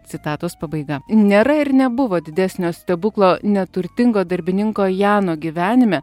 citatos pabaiga nėra ir nebuvo didesnio stebuklo neturtingo darbininko jano gyvenime